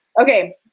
Okay